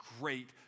great